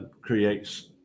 creates